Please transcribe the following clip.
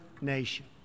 nation